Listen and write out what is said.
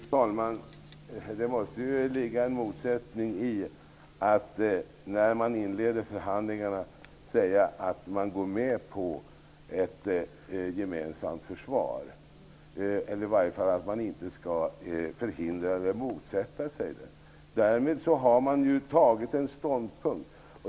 Fru talman! Det måste ju ligga en motsättning i att man, när man inleder förhandlingarna, säger att man går med på ett gemensamt försvar eller att man i varje fall inte skall förhindra eller motsätta sig det. Därmed har man ju intagit en ståndpunkt.